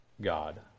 God